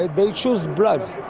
ah they choose blood.